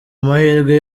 amahirwe